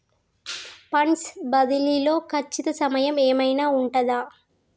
Funds బదిలీ లో ఖచ్చిత సమయం ఏమైనా ఉంటుందా?